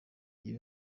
ibi